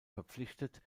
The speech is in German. verpflichtet